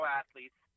athletes